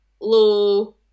Low